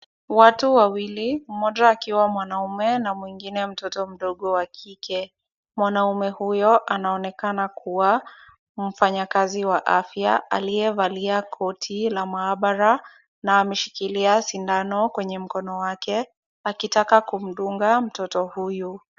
Watu wawili mmoja akiwa mwanaume na mwingine mtoto mdogo wa kike. Mwanaume huyo anaonekana kuwa mfanyakazi wa afya aliyevalia koti la maabara na ameshikilia sindano kwenye mkono wake, akitaka kumdunga mtoto huyu.